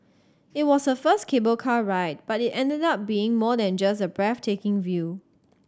it was her first cable car ride but it ended up being more than just a breathtaking view